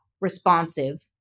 responsive